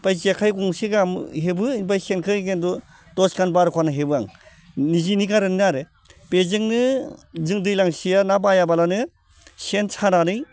ओमफ्राय जेखाइ गंसे गाहाम हेबो बेनिफ्राय सेनखौ किन्तु दसखान बार'खान हेबो आं निजेनि कारने आरो बेजोंनो जों दैलांसेया ना बायाबालानो सेन सानानै